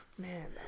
Man